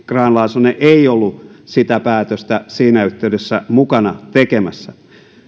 grahn laasonen ei ollut sitä päätöstä siinä yhteydessä mukana tekemässä